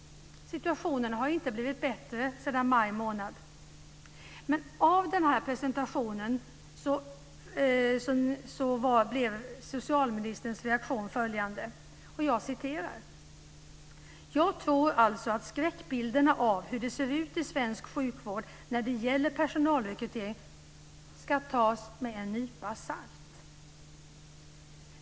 Situationen har inte blivit bättre sedan maj månad. På den här presentationen var socialministerns reaktion följande: "Jag tror alltså att skräckbilderna av hur det ser ut i svensk sjukvård när det gäller personalrekrytering ska tas med en nypa salt.